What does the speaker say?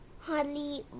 hardly